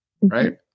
right